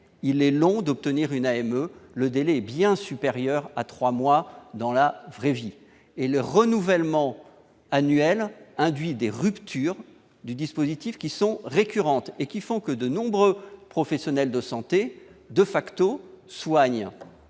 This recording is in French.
il est long d'obtenir une AMM, le délai est bien supérieure à 3 mois dans la vraie vie et le renouvellement annuel induit des ruptures du dispositif qui sont récurrentes et qui font que de nombreux professionnels de santé, de facto, à leurs